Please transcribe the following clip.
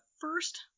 first